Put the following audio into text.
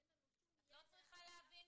אין לנו שום ידע,